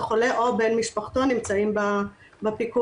החולה או בן משפחתו נמצאים בפיקוד.